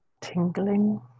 tingling